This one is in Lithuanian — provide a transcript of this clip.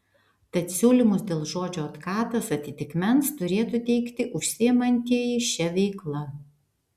tad siūlymus dėl žodžio otkatas atitikmens turėtų teikti užsiimantieji šia veikla